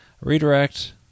redirect